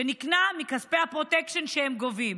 שנקנה מכספי הפרוטקשן שהם גובים.